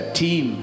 team